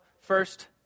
first